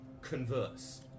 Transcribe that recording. converse